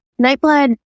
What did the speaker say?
nightblood